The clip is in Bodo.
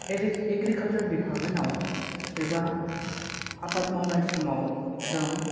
एग्रिकालसार दिपार्थमेन्टाव एबा आबाद मावनाय समाव जों